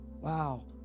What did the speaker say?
wow